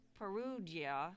Perugia